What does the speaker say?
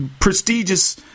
prestigious